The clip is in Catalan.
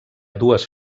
dues